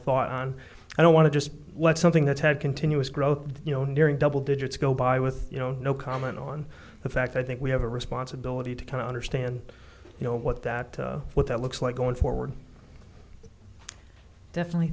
thought on i don't want to just let something that's had continuous growth you know nearing double digits go by with you know no comment on the fact i think we have a responsibility to come under stand you know what that what that looks like going forward definitely